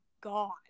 god